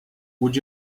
would